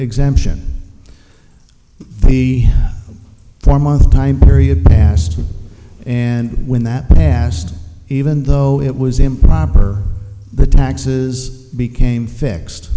exemption the four month time period passed and when that passed even though it was improper the taxes became fixed